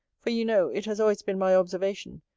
for you know, it has always been my observation,